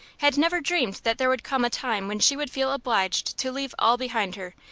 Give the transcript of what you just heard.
had never dreamed that there would come a time when she would feel obliged to leave all behind her,